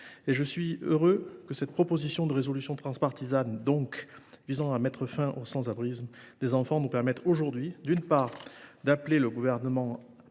je suis heureux que cette proposition de résolution transpartisane visant à mettre fin au sans abrisme des enfants nous permette, d’une part, d’appeler le Gouvernement